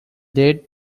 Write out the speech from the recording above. date